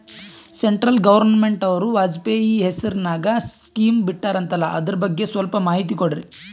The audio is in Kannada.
ಸೆಂಟ್ರಲ್ ಗವರ್ನಮೆಂಟನವರು ವಾಜಪೇಯಿ ಹೇಸಿರಿನಾಗ್ಯಾ ಸ್ಕಿಮ್ ಬಿಟ್ಟಾರಂತಲ್ಲ ಅದರ ಬಗ್ಗೆ ಸ್ವಲ್ಪ ಮಾಹಿತಿ ಕೊಡ್ರಿ?